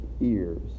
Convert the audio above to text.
ears